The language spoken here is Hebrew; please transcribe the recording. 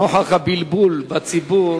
נוכח הבלבול בציבור